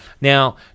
Now